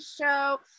Show